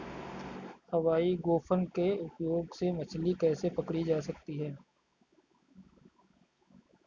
हवाई गोफन के उपयोग से मछली कैसे पकड़ी जा सकती है?